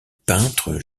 peintre